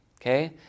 Okay